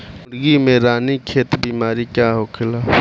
मुर्गी में रानीखेत बिमारी का होखेला?